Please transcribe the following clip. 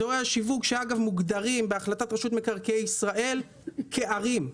אזורי השיווק מוגדרים בהחלטת רשות מקרקעי ישראל כערים.